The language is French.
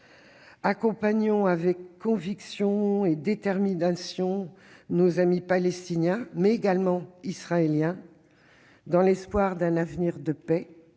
Accompagnons avec conviction et détermination nos amis palestiniens, mais également israéliens, dans l'espoir d'un avenir de paix,